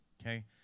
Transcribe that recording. okay